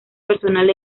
personal